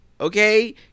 okay